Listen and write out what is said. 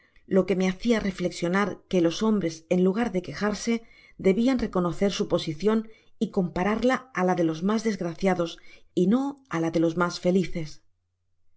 lo que me hacia reflexionar que los hombres en lugar de quejarse debian reconocer su posicion y compararla á la de los mas desgraciados y no á la de los mas felices